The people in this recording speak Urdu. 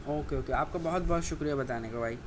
اوکے اوکے آپ کا بہت بہت شکریہ بتانے کا بھائی